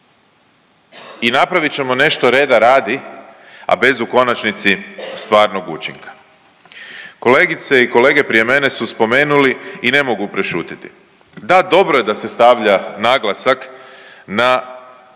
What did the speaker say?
I napravit ćemo nešto reda radi, a bez u konačnici stvarnog učinka. Kolegice i kolege prije mene su spomenuli i ne mogu prešutjeti. Da dobro je da se stavlja naglasak na